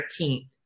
13th